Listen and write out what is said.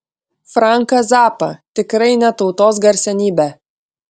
franką zappą tikrai ne tautos garsenybę